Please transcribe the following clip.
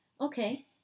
Okay